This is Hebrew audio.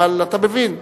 אבל אתה מבין,